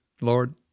Lord